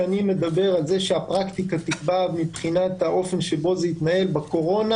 שאני מדבר על זה שהפרקטיקה תקבע מבחינת האופן שבו זה התנהל בקורונה.